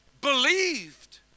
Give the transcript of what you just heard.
believed